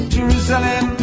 Jerusalem